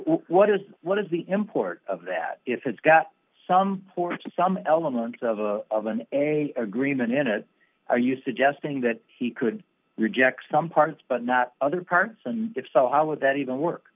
what is what is the import of that if it's got some ports or some elements of a of an agreement in a are you suggesting that he could reject some parts but not other parts and if so how would that even work